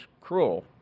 cruel